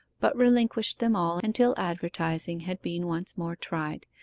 but relinquished them all until advertising had been once more tried,